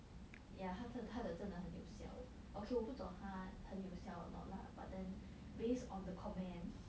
yeah 他的他的真的很有效 okay 我不懂他很有效 or not lah but then based on the comments